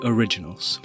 Originals